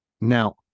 Now